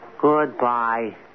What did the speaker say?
Goodbye